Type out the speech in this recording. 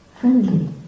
friendly